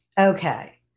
Okay